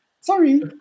Sorry